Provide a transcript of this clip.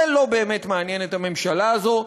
זה לא באמת מעניין את הממשלה הזאת,